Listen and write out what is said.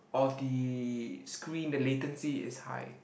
of the screen the latency is high